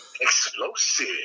explosive